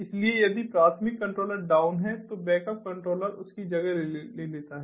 इसलिए यदि प्राथमिक कंट्रोलर डाउन है तो बैकअप कंट्रोलर उसकी जगह ले लेता है